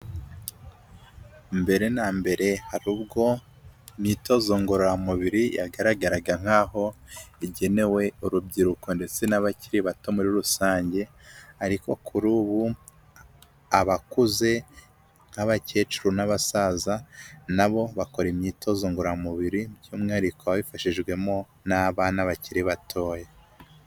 Mbere na mbere hari ubwo imyitozo ngororamubiri yagaragaraga nkaho igenewe urubyiruko ndetse n'abakiri bato muri rusange, ariko kuri ubu abakuze nk'abakecuru n'abasaza, nabo bakora imyitozo ngororamubiri by'umwihariko wabifashijwemo n'abana bakiri batoya.